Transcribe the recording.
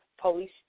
police